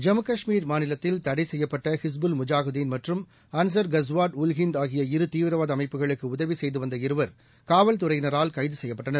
ஜம்மு காஷ்மீர் மாநிலத்தில் தடைசெய்யப்பட்டஹிஸ்புல் முஜாஹிதீன் மற்றும் அன்சர் கஸ்வாட் உல் இரு தீவிரவாதஅமைப்புகளுக்குஉதவிசெய்துவந்த ஹிந்த் இருவர் காவல்துறையினரால் கைதுசெய்யப்பட்டனர்